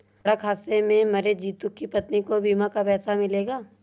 सड़क हादसे में मरे जितू की पत्नी को बीमा का पैसा मिलेगा